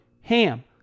HAM